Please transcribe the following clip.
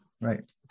right